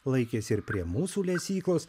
laikėsi ir prie mūsų lesyklos